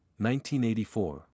1984